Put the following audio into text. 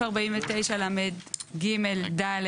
"(ג)סעיף 49לג1(ד)